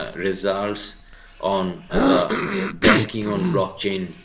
results on and the banking on blockchain